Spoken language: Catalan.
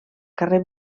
carrer